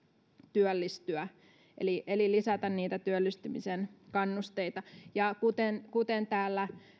työllistyä eli eli lisäämään työllistymisen kannusteita ja kuten kuten täällä